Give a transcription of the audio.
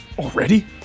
Already